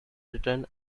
written